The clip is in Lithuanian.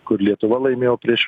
kur lietuva laimėjo prieš